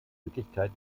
wirklichkeit